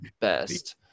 best